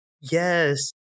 Yes